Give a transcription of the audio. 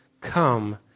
come